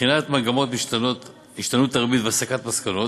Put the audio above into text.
בחינת מגמות השתנות הריבית והסקת מסקנות,